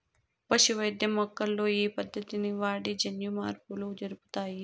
పశు వైద్యం మొక్కల్లో ఈ పద్దతిని వాడి జన్యుమార్పులు జరుపుతారు